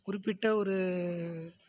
குறிப்பிட்ட ஒரு